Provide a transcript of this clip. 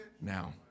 Now